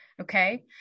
Okay